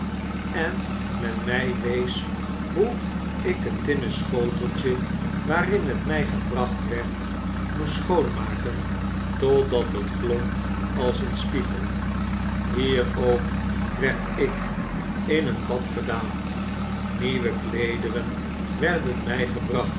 en men my wees hoe ik het tinnen schoteltje waarin het my gebracht werd moest schoonmaken totdat het glom als eenspiegel hier ook werd ik in een bad gedaan nieuwe kleederen werden mij gebracht